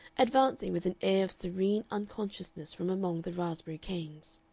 advancing with an air of serene unconsciousness from among the raspberry canes.